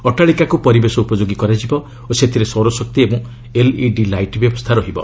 ଅଟ୍ଟାଳିକାକୁ ପରିବେଶ ଉପଯୋଗୀ କରାଯିବ ଓ ସେଥିରେ ସୌରଶକ୍ତି ଏବଂ ଏଲଇଡି ଲାଇଟ୍ ବ୍ୟବସ୍ଥା ରହିବ